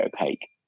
opaque